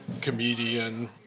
comedian